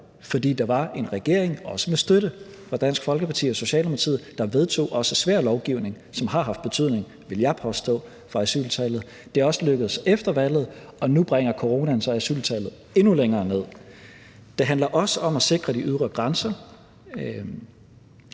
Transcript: fordi der var en regering – også med støtte fra Dansk Folkeparti og Socialdemokratiet – der vedtog også svær lovgivning, som har haft betydning, vil jeg påstå, for asyltallet. Det er også lykkedes efter valget, og nu bringer coronaen så asyltallet endnu længere ned. Det handler også om at sikre de ydre grænser,